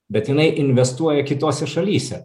bet jinai investuoja kitose šalyse